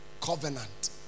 covenant